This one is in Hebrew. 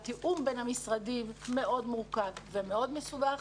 והתיאום בין המשרדים מאוד מורכב ומאוד מסובך.